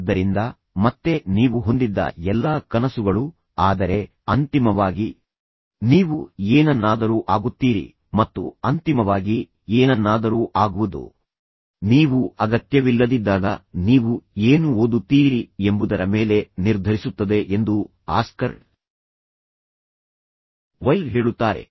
ಆದ್ದರಿಂದ ಮತ್ತೆ ನೀವು ಹೊಂದಿದ್ದ ಎಲ್ಲಾ ಕನಸುಗಳು ಆದರೆ ಅಂತಿಮವಾಗಿ ನೀವು ಏನನ್ನಾದರೂ ಆಗುತ್ತೀರಿ ಮತ್ತು ಅಂತಿಮವಾಗಿ ಏನನ್ನಾದರೂ ಆಗುವುದು ನೀವು ಅಗತ್ಯವಿಲ್ಲದಿದ್ದಾಗ ನೀವು ಏನು ಓದುತ್ತೀರಿ ಎಂಬುದರ ಮೇಲೆ ನಿರ್ಧರಿಸುತ್ತದೆ ಎಂದು ಆಸ್ಕರ್ ವೈಲ್ಡ್ ಹೇಳುತ್ತಾರೆ